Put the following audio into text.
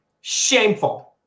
Shameful